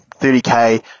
30k